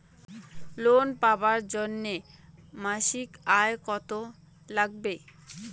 Loan পাবার জন্যে মাসিক আয় কতো লাগবে?